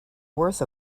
worth